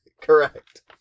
Correct